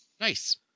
Nice